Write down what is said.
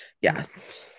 yes